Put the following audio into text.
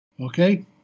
Okay